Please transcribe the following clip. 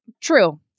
True